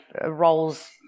roles